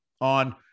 on